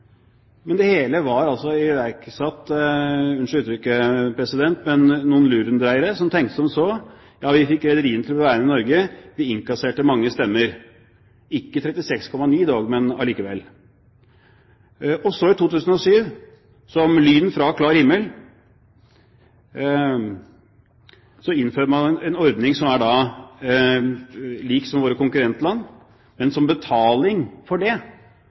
men det hele var altså iverksatt – unnskyld uttrykket, president – av noen lurendreiere som tenkte som så: Ja vi fikk rederiene til å være i Norge, vi innkasserte mange stemmer, ikke 36,9 pst. dog, men allikevel. Og så i 2007, som lyn fra klar himmel, innfører man en ordning som er lik den i våre konkurrentland, men som betaling for det